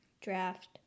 draft